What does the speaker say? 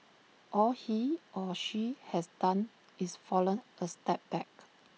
all he or she has done is fallen A step back